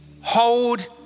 hold